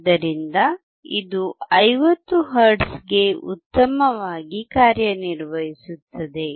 ಆದ್ದರಿಂದ ಇದು 50 ಹರ್ಟ್ಜ್ಗೆ ಉತ್ತಮವಾಗಿ ಕಾರ್ಯನಿರ್ವಹಿಸುತ್ತಿದೆ